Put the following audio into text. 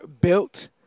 built